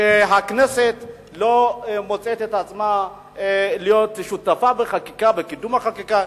והכנסת לא מוצאת את עצמה שותפה בחקיקה ובקידום החקיקה.